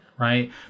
Right